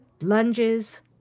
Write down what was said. lunges